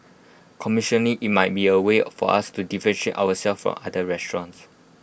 commercially IT might be A way for us to deficient ourselves from other restaurants